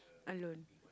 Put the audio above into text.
alone